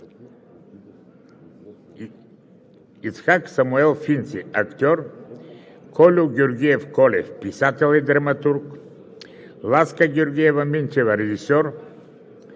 Ицхак Самуел Финци – актьор; – Кольо Георгиев Колев – писател и драматург; – Ласка Георгиева Минчева – режисьор;